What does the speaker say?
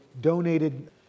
donated